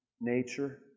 nature